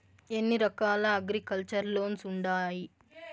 ఎన్ని రకాల agriculture loans ఉండాయి